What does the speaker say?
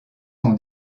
son